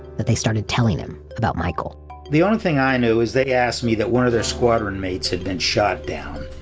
that they started telling him about michael the only thing i knew is they asked me that one of their squadron mates had been shot down.